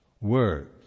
words